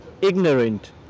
ignorant